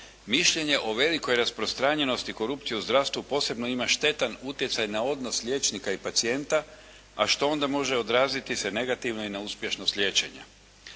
Mišljenje o velikoj rasprostranjenosti korupcije u zdravstvu posebno ima štetan utjecaj na odnos liječnika i pacijenta, a što onda može odraziti se negativno i na uspješnost liječenja.